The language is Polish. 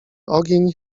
ogień